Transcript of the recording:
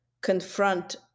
confront